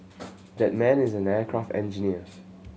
that man is an aircraft engineer